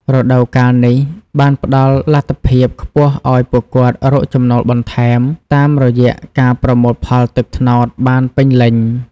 រដូវកាលនេះ បានផ្ដល់លទ្ធភាពខ្ពស់ឱ្យពួកគាត់រកចំណូលបន្ថែម តាមរយៈការប្រមូលផលទឹកត្នោតបានពេញលេញ។